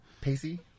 Pacey